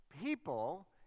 people